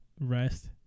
rest